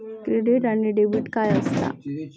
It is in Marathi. क्रेडिट आणि डेबिट काय असता?